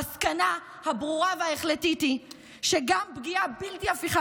המסקנה הברורה וההחלטית היא שגם פגיעה בלתי הפיכה